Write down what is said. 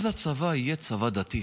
אז הצבא יהיה צבא דתי.